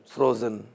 Frozen